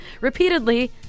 repeatedly